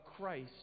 Christ